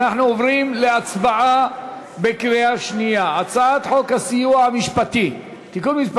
אנחנו עוברים להצבעה בקריאה שנייה על הצעת חוק הסיוע המשפטי (תיקון מס'